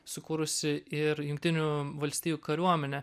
sukūrusi ir jungtinių valstijų kariuomenė